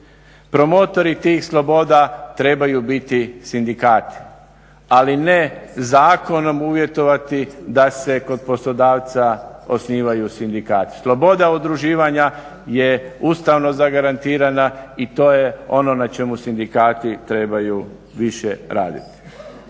Promotori tih sloboda trebaju biti sindikati ali ne zakonom uvjetovati da se kod poslodavca osnivaju sindikati, sloboda udruživanja je ustavom zagarantirana i to je ono na čemu sindikati trebaju više raditi.